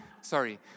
Sorry